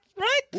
Right